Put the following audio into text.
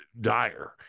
dire